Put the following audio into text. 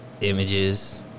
images